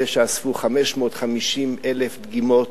הם שאספו 550,000 דגימות,